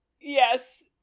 Yes